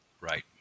Right